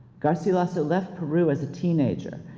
garcilaso left peru as a teenager,